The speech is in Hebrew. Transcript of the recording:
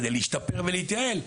כדי להשתפר ולהתייעל,